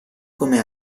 come